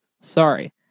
Sorry